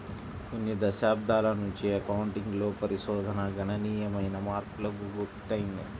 కొన్ని దశాబ్దాల నుంచి అకౌంటింగ్ లో పరిశోధన గణనీయమైన మార్పులకు గురైంది